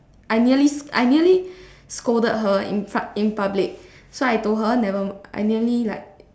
I nearly I nearly scolded her in front in public so I told her never I nearly like